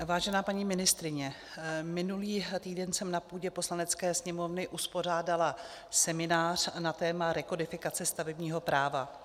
Vážená paní ministryně, minulý týden jsem na půdě Poslanecké sněmovny uspořádala seminář na téma rekodifikace stavebního práva.